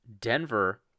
Denver